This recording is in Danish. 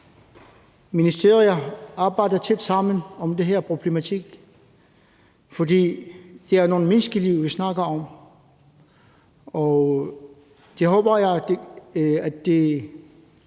ministerier arbejder tæt sammen om den her problematik, for det er menneskeliv, vi snakker om. Jeg håber, at der